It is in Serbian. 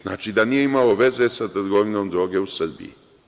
Znači, nije imalo veze sa trgovinom droge u Srbiji.